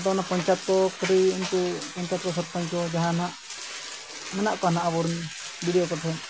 ᱟᱫᱚ ᱚᱱᱟ ᱯᱚᱧᱪᱟᱭᱮᱛ ᱠᱚ ᱠᱟᱹᱴᱤᱡ ᱩᱱᱠᱩ ᱯᱚᱧᱪᱟᱭᱮᱛ ᱥᱚᱨᱯᱚᱧᱪ ᱠᱚ ᱡᱟᱦᱟᱸᱭ ᱱᱟᱦᱟᱜ ᱢᱮᱱᱟᱜ ᱠᱚᱣᱟ ᱟᱵᱚᱨᱮᱱ ᱠᱚᱴᱷᱮᱱ